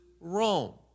Rome